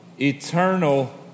eternal